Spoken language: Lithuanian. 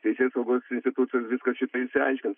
teisėsaugos institucijos viską šitą išsiaiškins